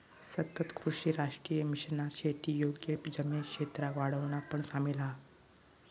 सतत कृषी राष्ट्रीय मिशनात शेती योग्य जमीन क्षेत्राक वाढवणा पण सामिल हा